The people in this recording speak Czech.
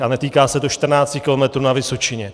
A netýká se to čtrnácti kilometrů na Vysočině.